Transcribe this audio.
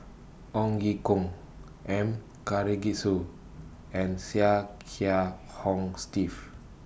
Ong Ye Kung M Karthigesu and Chia Kiah Hong Steve